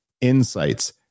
insights